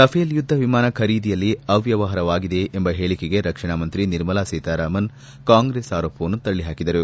Rafael ಯುದ್ಧ ವಿಮಾನ ಖರೀದಿಯಲ್ಲಿ ಅವ್ನವಹಾರವಾಗಿದೆ ಎಂಬ ಹೇಳಿಕೆಗೆ ರಕ್ಷಣಾ ಮಂತ್ರಿ ನಿರ್ಮಲಾ ಸೀತಾರಾಮನ್ ಕಾಂಗ್ರೆಸ್ ಆರೋಪವನ್ನು ತಳ್ಳಿ ಹಾಕಿದರು